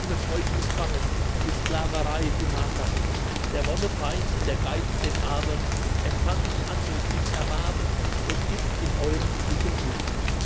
euch umfangen die sklaverey du marterblick der wonne feind der geiz den armen empfand ich anmut im erbarmen und itzt in euerm glücke glück